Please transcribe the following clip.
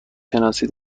شناسی